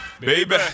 Baby